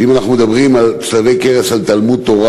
שאם אנחנו מדברים על צלבי קרס על תלמוד-תורה,